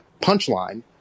punchline